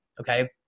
okay